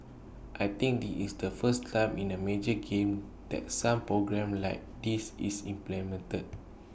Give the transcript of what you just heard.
I think this is the first time in A major game that some programme like this is implemented